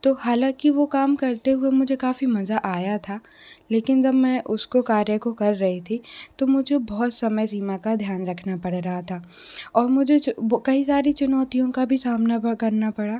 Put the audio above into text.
तो हालांकि वो काम करते हुए मुझे काफ़ी मजा आया था लेकिन जब मैं उसको कार्य को कर रही थी तो मुझे बहुत समय सीमा का ध्यान रखना पड़ रहा था और मुझे कई सारी चुनौतियों का भी सामना करना पड़ा